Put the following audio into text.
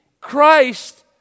Christ